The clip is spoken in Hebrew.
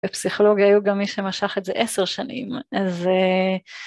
ובפסיכולוגיה היו גם מי שמשך את זה עשר שנים. ו...